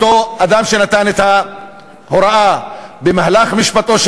אותו אדם שנתן את ההוראה: במהלך משפטו של